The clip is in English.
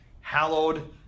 Hallowed